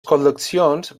col·leccions